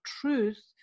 truth